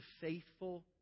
faithful